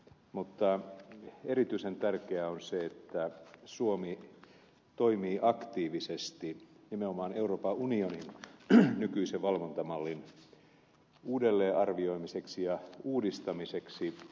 mutta erityisen tärkeää on se että suomi toimii aktiivisesti nimenomaan euroopan unionin nykyisen valvontamallin uudelleenarvioimiseksi ja uudistamiseksi